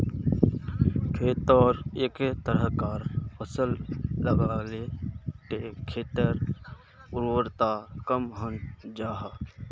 खेतोत एके तरह्कार फसल लगाले खेटर उर्वरता कम हन जाहा